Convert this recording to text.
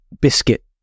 biscuit